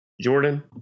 Jordan